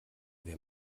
wer